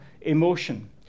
emotion